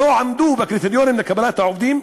לא עמדו בקריטריונים לקבלת העובדים,